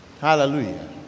hallelujah